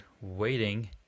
waiting